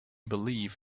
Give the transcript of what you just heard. believe